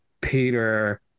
Peter